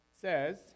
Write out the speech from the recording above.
says